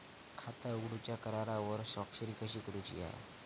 खाता उघडूच्या करारावर स्वाक्षरी कशी करूची हा?